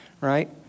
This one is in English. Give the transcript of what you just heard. right